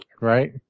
right